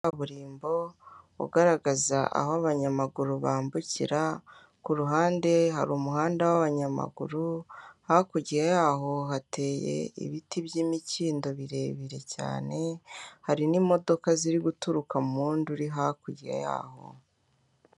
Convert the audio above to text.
Hari kaburimbo ugaragaza aho abanyamaguru bambukira, ku ruhande hari umuhanda w'abanyamaguru, hakurya yaho hateye ibiti by'imikindo birebire cyane, hari n'imodoka ziri guturuka muwundi uri hakurya yaho.